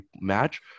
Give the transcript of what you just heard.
match